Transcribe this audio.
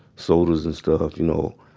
sodas and stuff, you know.